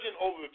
over